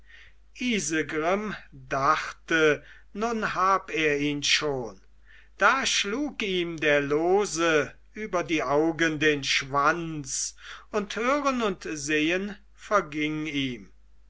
isegrim dachte nun hab er ihn schon da schlug ihm der lose über die augen den schwanz und hören und sehen verging ihm